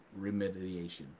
remediation